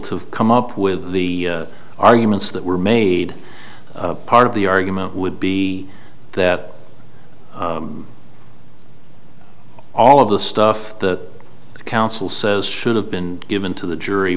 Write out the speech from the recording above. to come up with the arguments that were made part of the argument would be that all of the stuff the council says should have been given to the jury